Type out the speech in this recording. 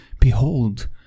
Behold